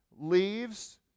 Leaves